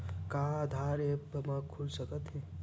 का आधार ह ऐप म खुल सकत हे?